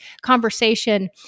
conversation